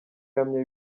ihamye